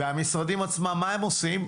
והמשרדים עצמם, מה הם עושים?